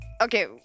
Okay